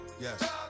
Yes